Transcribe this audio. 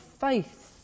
faith